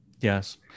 Yes